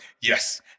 Yes